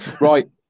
Right